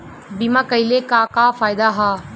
बीमा कइले का का फायदा ह?